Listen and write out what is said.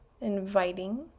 inviting